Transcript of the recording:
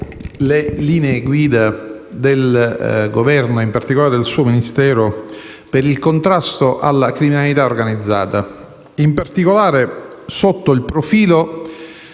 le linee guida del Governo, in particolare del suo Ministero, per il contrasto alla criminalità organizzata, in particolare sotto il profilo